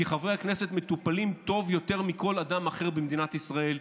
כי חברי הכנסת מטופלים טוב יותר מכל אדם אחר במדינת ישראל,